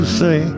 say